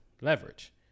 leverage